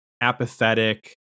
Apathetic